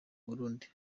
burundi